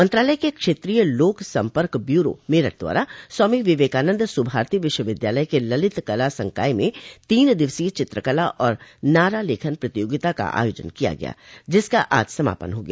मंत्रालय के क्षेत्रीय लोक सम्पर्क ब्यूरो मेरठ द्वारा स्वामी विवेकानन्द सुभारती विश्वविद्यालय के ललितकला संकाय में तीन दिवसीय चित्रकला और नारा लेखन प्रतियोगिता का आयोजन किया गया जिसका आज समापन हो गया